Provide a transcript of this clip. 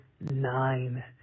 nine